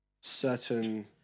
certain